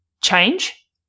change